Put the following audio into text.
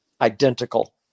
Identical